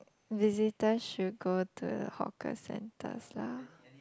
visitors should go to the hawker centers lah